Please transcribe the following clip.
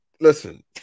listen